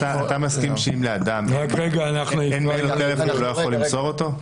אתה מסכים שאם לאדם --- הוא לא יכול למסור אותו?